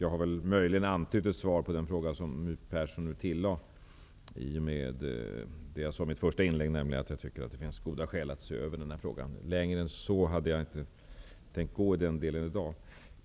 Jag har väl möjligen antytt ett svar på den fråga som My Persson nu ställde med det jag sade i mitt första inlägg, nämligen att jag tycker att det finns goda skäl att se över denna fråga. Längre än så hade jag inte tänkt gå i den delen i dag.